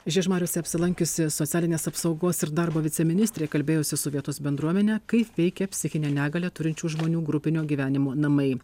žiežmariuose apsilankiusi socialinės apsaugos ir darbo viceministrė kalbėjosi su vietos bendruomene kaip veikia psichinę negalią turinčių žmonių grupinio gyvenimo namai